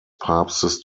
papstes